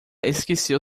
esqueceu